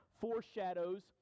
foreshadows